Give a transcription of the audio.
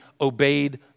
obeyed